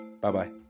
bye-bye